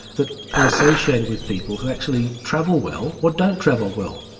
that are associated with people who actually travel well, or don't travel well?